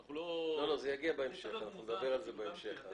אנחנו נדבר על זה בהמשך.